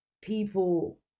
people